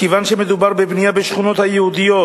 כיוון שמדובר בבנייה בשכונות היהודיות,